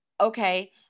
Okay